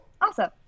Awesome